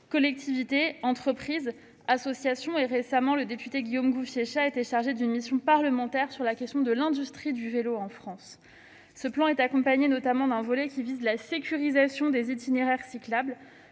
collectivités, entreprises et associations. Récemment, le député Guillaume Gouffier-Cha a été chargé d'une mission parlementaire sur l'industrie du vélo en France. Ce plan est accompagné d'un volet qui vise la sécurisation des itinéraires cyclables